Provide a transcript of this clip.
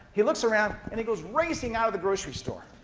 he looks around and he goes racing out of the grocery store.